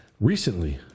recently